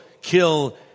kill